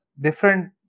different